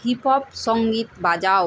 heap hop সংগীত বাজাও